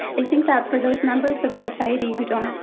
i think that for those members of society who don't